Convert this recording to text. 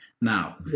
now